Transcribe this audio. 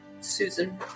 Susan